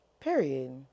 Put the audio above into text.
Period